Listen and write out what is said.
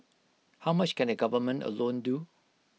how much can the government alone do